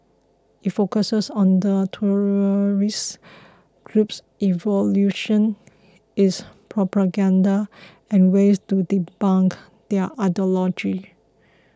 it focuses on the terrorist group's evolution its propaganda and ways to debunk their ideology